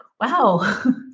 wow